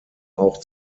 auch